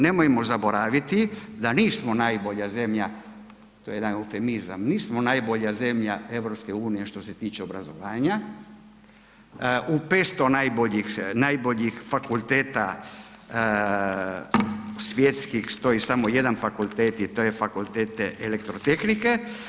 Nemojmo zaboraviti da nismo najbolja zemlja, to je jedan eufemizam, nismo najbolja zemlja EU što se tiče obrazovanja, u 500 najboljih fakulteta svjetskih stoji samo 1 fakultet i to je fakultet elektrotehnike.